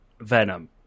Venom